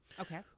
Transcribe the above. Okay